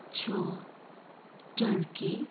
چھُ تُرٛکی